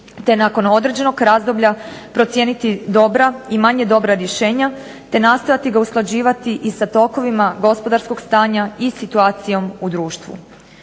te nakon određenog razdoblja procijeniti dobra i manje dobra rješenja te nastojati ga usklađivati i sa tokovima gospodarskog stanja i situacijom u društvu.